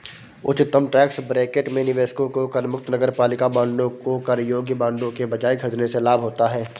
उच्चतम tax bracket में निवेशकों को करमुक्त नगरपालिका बांडों को कर योग्य बांडों के बजाय खरीदने से लाभ होता है